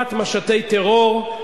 בלימת משטי טרור.